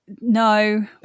No